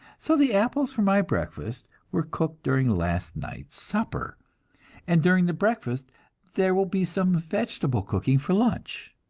so the apples for my breakfast were cooked during last night's supper and during the breakfast there will be some vegetable cooking for lunch.